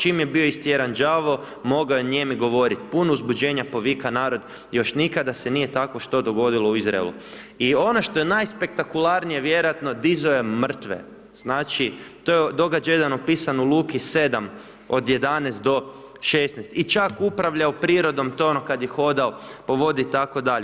Čim je bio istjeran đavao, mogao je nijemi govoriti, pun uzbuđenja povika narod, još nikada se nije tako što dogodilo u Izraelu.“ I ono što je najspektakularnije vjerojatno, dizao je mrtve, znači to je događaj jedan opisan u Luki 7., od 11. do 16. i čak upravljao prirodom, to je ono kad je hodao po vodi itd.